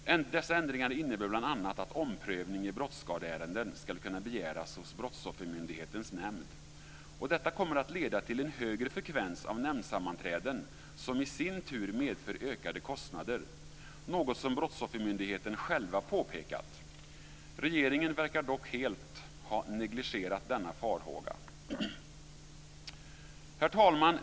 Dessa ändringar innebär bl.a. att omprövning av brottsskadeärenden ska kunna begäras hos Brottsoffermyndighetens nämnd. Detta kommer att leda till en högre frekvens av nämndsammanträden, som i sin tur medför ökade kostnader, något som Brottsoffermyndigheten själv har påpekat. Regeringen verkar dock helt ha negligerat denna farhåga. Herr talman!